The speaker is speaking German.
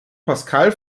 pascal